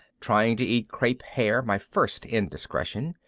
trying to eat crepe hair my first indiscretion,